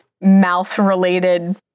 mouth-related